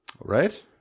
Right